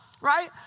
right